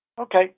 Okay